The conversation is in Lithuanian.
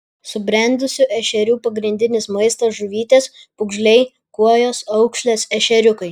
subrendusių ešerių pagrindinis maistas žuvytės pūgžliai kuojos aukšlės ešeriukai